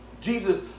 Jesus